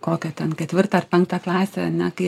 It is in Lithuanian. kokią ten ketvirtą ar penktą klasę ane kai